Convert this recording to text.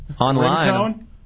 online